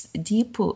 deep